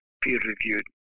peer-reviewed